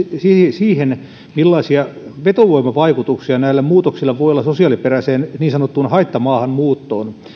siihen millaisia vetovoimavaikutuksia näillä muutoksilla voi olla sosiaaliperäiseen niin sanottuun haittamaahanmuuttoon